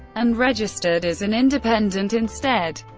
and registered as an independent instead.